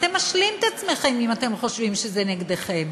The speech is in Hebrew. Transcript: אתם משלים את עצמכם אם אתם חשובים שזה נגדכם.